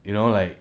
you know like